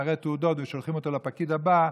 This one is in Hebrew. מראה תעודות ושולחים אותו לפקיד הבא,